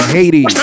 Haiti